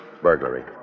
Burglary